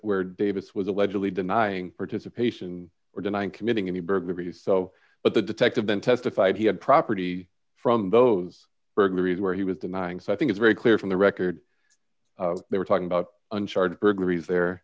where davis was allegedly denying participation or denying committing any burglaries so but the detective then testified he had property from those burglaries where he was denying so i think it's very clear from the record they were talking about unchartered burglaries there